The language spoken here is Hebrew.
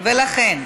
ולכן,